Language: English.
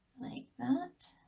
that